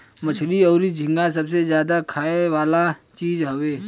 मछली अउरी झींगा सबसे ज्यादा खाए वाला चीज हवे